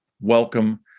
welcome